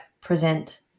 present